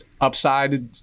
upside